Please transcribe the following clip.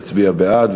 יצביע בעד,